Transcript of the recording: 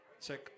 Check